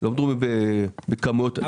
לא מדברים בכמויות מטורפים.